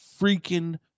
freaking